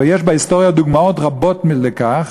ויש בהיסטוריה דוגמאות רבות לכך,